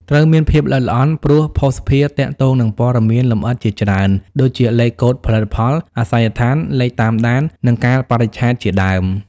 ត្រូវមានភាពល្អិតល្អន់ ព្រោះភស្តុភារទាក់ទងនឹងព័ត៌មានលម្អិតជាច្រើន ដូចជា លេខកូដផលិតផល អាសយដ្ឋាន លេខតាមដាន និង កាលបរិច្ឆេទជាដើម។